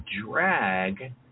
drag